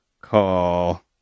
call